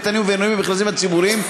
קטנים ובינוניים במכרזים הציבוריים,